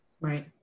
Right